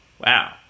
wow